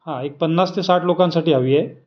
हां एक पन्नास ते साठ लोकांसाठी हवी आहे